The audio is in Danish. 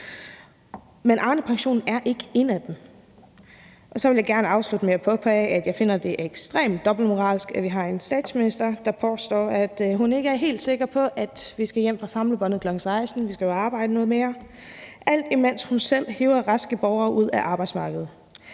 Men Arnepensionen er ikke en af dem. Så vil jeg gerne afslutte med at påpege, at jeg finder det ekstremt dobbeltmoralsk, at vi har en statsminister, der påstår, at hun ikke er helt sikker på, at vi skal hjem fra samlebåndet kl. 16.00 – vi skal jo arbejde noget mere – alt imens hun selv hiver raske borgere ud af arbejdsmarkedet.